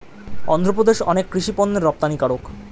অন্ধ্রপ্রদেশ অনেক কৃষি পণ্যের রপ্তানিকারক